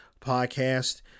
podcast